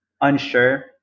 unsure